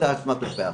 את האשמה כלפי האחר.